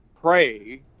pray